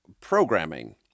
programming